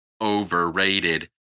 overrated